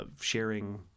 sharing